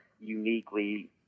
uniquely